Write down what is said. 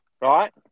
right